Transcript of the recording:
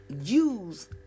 use